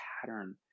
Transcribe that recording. pattern